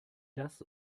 das